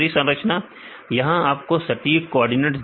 विद्यार्थी 3 रेंज यहां आपको सटीक कोऑर्डिनेट्स देगा